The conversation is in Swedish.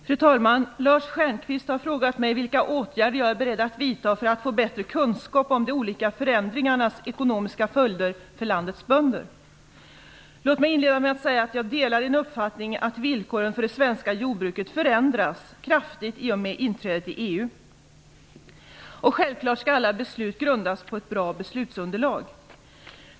Fru talman! Lars Stjernkvist har frågat mig vilka åtgärder jag är beredd att vidta för att få bättre kunskap om de olika förändringarnas ekonomiska följder för landets bönder. Låt mig inleda med att säga att jag delar Lars Stjernkvists uppfattning att villkoren för det svenska jordbruket förändras kraftigt i och med inträdet i EU, och självklart skall alla beslut grundas på ett bra beslutsunderlag.